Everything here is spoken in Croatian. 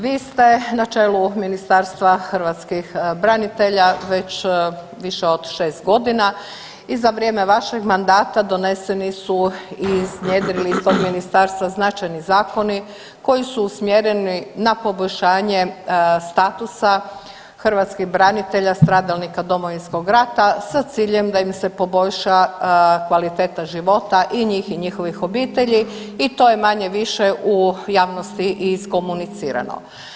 Vi ste na čelu Ministarstva hrvatskih branitelja već više od 6.g. i za vrijeme vašeg mandata doneseni su i iznjedrili iz tog ministarstva značajni zakoni koji su usmjereni na poboljšanje statusa hrvatskih branitelja stradalnika Domovinskog rata sa ciljem da im se poboljša kvaliteta života i njih i njihovih obitelji i to je manje-više u javnosti i iskomunicirano.